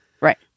Right